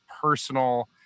personal